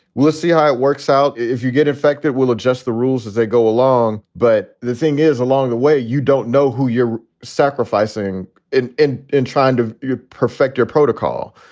we'll see how it works out if you get infected, will adjust the rules as they go along. but the thing is along the way, you don't know who you're sacrificing in in in trying to perfect your protocol.